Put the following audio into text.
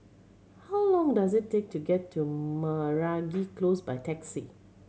how long does it take to get to Meragi Close by taxi